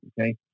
okay